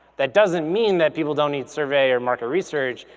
that doesn't mean that people don't need survey or market research.